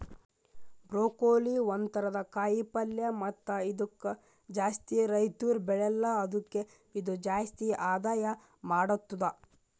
broccoli ಒಂದ್ ಥರದ ಕಾಯಿ ಪಲ್ಯ ಮತ್ತ ಇದುಕ್ ಜಾಸ್ತಿ ರೈತುರ್ ಬೆಳೆಲ್ಲಾ ಆದುಕೆ ಇದು ಜಾಸ್ತಿ ಆದಾಯ ಮಾಡತ್ತುದ